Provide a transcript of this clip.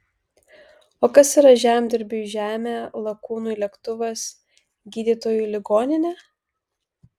o kas yra žemdirbiui žemė lakūnui lėktuvas gydytojui ligoninė